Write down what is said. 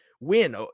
win